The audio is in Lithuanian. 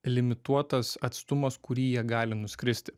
limituotas atstumas kurį jie gali nuskristi